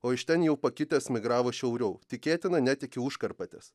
o iš ten jau pakitęs migravo šiauriau tikėtina net iki užkarpatės